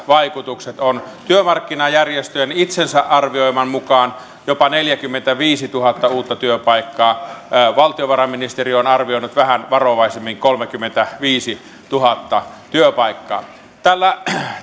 vaikutukset ovat työmarkkinajärjestöjen itsensä arvioiman mukaan jopa neljäkymmentäviisituhatta uutta työpaikkaa valtiovarainministeriö on arvioinut vähän varovaisemmin kolmekymmentäviisituhatta työpaikkaa tällä